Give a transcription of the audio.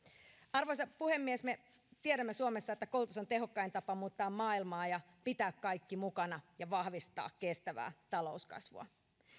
arvoisa puhemies me tiedämme suomessa että koulutus on tehokkain tapa muuttaa maailmaa ja pitää kaikki mukana ja vahvistaa kestävää talouskasvua